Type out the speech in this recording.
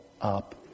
up